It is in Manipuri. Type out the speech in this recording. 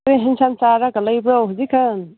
ꯀꯔꯤ ꯑꯦꯟꯁꯥꯡ ꯆꯥꯔꯒ ꯂꯩꯕ꯭ꯔꯣ ꯍꯧꯖꯤꯛꯀꯥꯟ